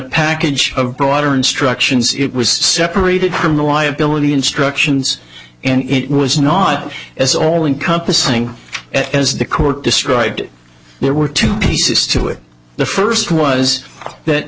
package of broader instructions it was separated the liability instructions and it was not as all encompassing as the court destroyed there were two pieces to it the first was